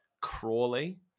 Crawley